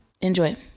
Enjoy